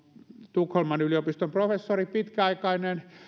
tukholman yliopiston professori pitkäaikainen